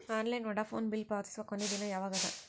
Online Vodafone bill ಪಾವತಿಸುವ ಕೊನಿ ದಿನ ಯವಾಗ ಅದ?